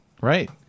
right